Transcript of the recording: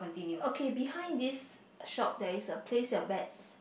okay behind this shop there is a place your bets